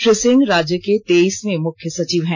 श्री सिंह राज्य के तेईसवें मुख्य सचिव हैं